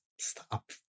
Stop